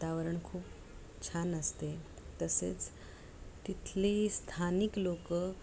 वावरण खूप छान असते तसेच तिथले स्थानिक लोकं